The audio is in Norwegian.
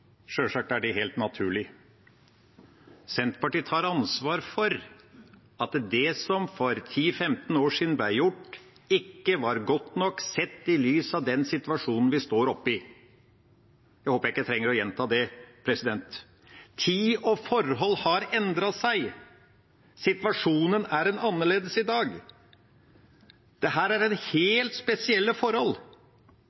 Sjølsagt er det helt naturlig. Senterpartiet tar ansvar for at det som for 10–15 år siden ble gjort, ikke var godt nok sett i lys av den situasjonen vi står oppe i. Jeg håper jeg ikke trenger å gjenta det. Tid og forhold har endret seg. Situasjonen er annerledes i dag. Dette er helt spesielle forhold. Næringsfond og avbøtende tiltak – det er